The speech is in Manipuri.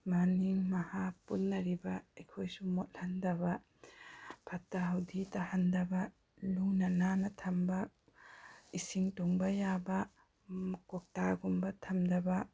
ꯃꯅꯤꯡ ꯃꯍꯥ ꯄꯨꯟꯅꯔꯤꯕ ꯑꯩꯈꯣꯏꯁꯨ ꯃꯣꯠꯍꯟꯗꯕ ꯐꯠꯇ ꯍꯥꯎꯊꯤ ꯇꯥꯍꯟꯗꯕ ꯂꯨꯅ ꯅꯥꯟꯅ ꯊꯝꯕ ꯏꯁꯤꯡ ꯇꯨꯡꯕ ꯌꯥꯕ ꯀꯧꯇꯥꯒꯨꯝꯕ ꯊꯝꯗꯕ